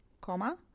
comma